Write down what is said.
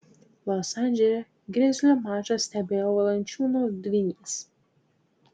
los andžele grizlių mačą stebėjo valančiūno dvynys